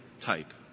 type